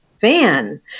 fan